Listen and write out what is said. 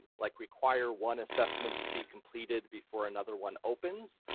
like require one assessment to be completed before another one opens,